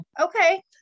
Okay